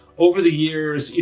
over the years,